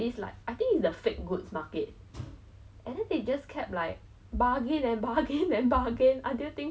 yeah I I actually now that you talk about it okay like china I wouldn't say it's like on my top list on where I want to go but I guess